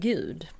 Gud